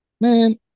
man